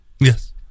yes